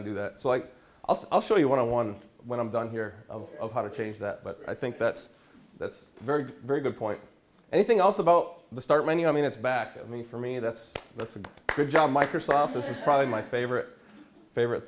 and do that so like i'll show you one on one when i'm done here of how to change that but i think that's that's very very good point anything else about the start menu i mean it's back to me for me that's that's a good job microsoft this is probably my favorite favorite